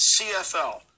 CFL